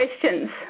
questions